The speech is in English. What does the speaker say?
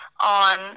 on